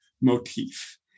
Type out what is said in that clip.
motif